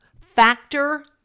Factor